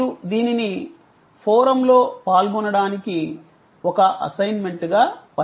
మీరు దీనిని ఫోరమ్లో పాల్గొనడానికి ఒక అసైన్మెంట్ గా పరిగణించవచ్చు